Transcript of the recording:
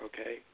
Okay